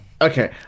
Okay